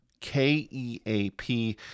K-E-A-P